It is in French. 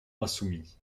insoumis